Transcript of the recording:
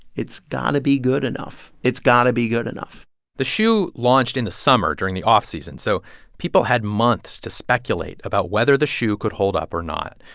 it's got to be good enough. it's got to be good enough the shoe launched in the summer during the off-season, so people had months to speculate about whether the shoe could hold up or not.